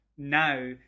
now